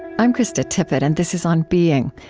i'm krista tippett, and this is on being,